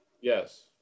Yes